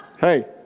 hey